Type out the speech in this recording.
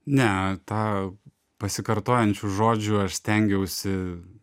ne tą pasikartojančių žodžių aš stengiausi